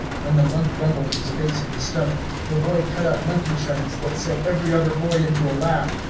when the monk rumbled his bass in his stomach, the boy cut up monkey-shines that set every other boy into a laugh,